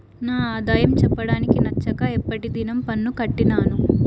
నా ఆదాయం చెప్పడానికి నచ్చక ఎప్పటి దినం పన్ను కట్టినాను